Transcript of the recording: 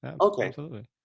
Okay